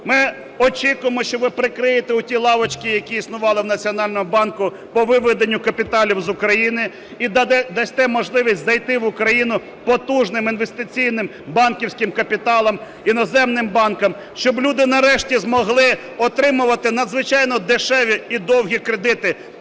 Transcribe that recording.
Ми очікуємо, що ви прикриєте ті лавочки, які існували у Національного банку, по виведенню капіталів з України і дасте можливість зайти в Україну потужним інвестиційним банківським капіталам, іноземним банкам, щоб люди нарешті змогли отримувати надзвичайно дешеві і довгі кредити